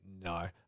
No